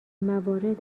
موارد